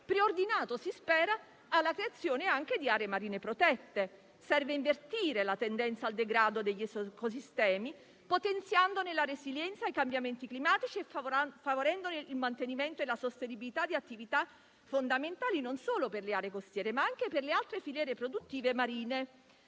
preordinato - si spera - alla creazione anche di aree marine protette. Serve invertire la tendenza al degrado degli ecosistemi, potenziandone la resilienza ai cambiamenti climatici e favorendone il mantenimento e la sostenibilità di attività fondamentali non solo per le aree costiere, ma anche per le altre filiere produttive marine.